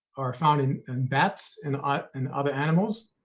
are found in and bats and ah and other animals.